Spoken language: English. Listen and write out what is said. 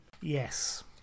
Yes